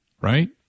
right